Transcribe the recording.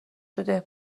شده